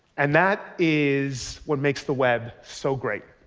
and that is what makes the web so great.